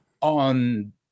on